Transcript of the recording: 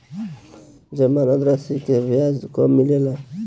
जमानद राशी के ब्याज कब मिले ला?